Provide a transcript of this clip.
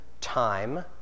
time